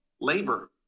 labor